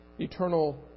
eternal